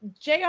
Jr